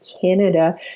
canada